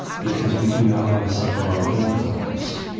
because we do not want to suffer our own collapse.